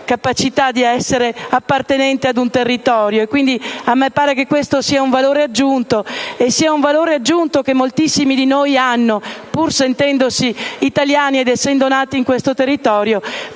capacità di essere appartenente ad un territorio. A me pare che questo sia un valore aggiunto, che moltissimi di noi hanno, pur sentendosi italiani ed essendo nati in questo territorio: